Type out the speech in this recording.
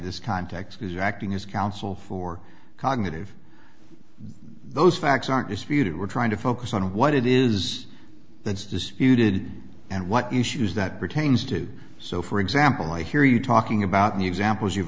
this context is acting as counsel for cognitive those facts aren't disputed we're trying to focus on what it is that's disputed and what issues that pertains to so for example i hear you talking about the examples you've